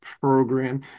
program